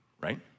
right